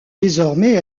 désormais